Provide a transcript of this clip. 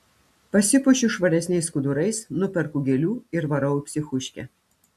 pasipuošiu švaresniais skudurais nuperku gėlių ir varau į psichuškę